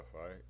right